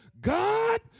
God